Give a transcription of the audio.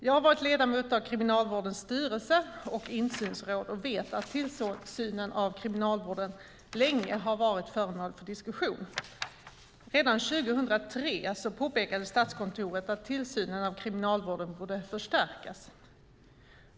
Jag har varit ledamot av Kriminalvårdens styrelse och insynsråd och vet att tillsynen av Kriminalvården länge har varit föremål för diskussion. Redan 2003 påpekade Statskontoret att tillsynen av Kriminalvården borde förstärkas.